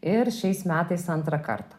ir šiais metais antrą kartą